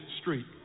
Street